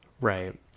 Right